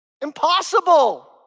Impossible